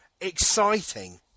exciting